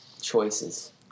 choices